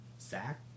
Zach